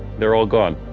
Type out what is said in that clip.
they're all gone.